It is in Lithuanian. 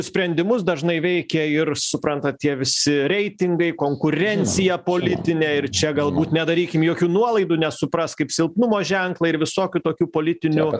sprendimus dažnai veikia ir supranta tie visi reitingai konkurencija politinė ir čia galbūt nedarykim jokių nuolaidų nes supras kaip silpnumo ženklą ir visokių tokių politinių